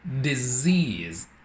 disease